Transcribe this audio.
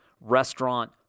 restaurant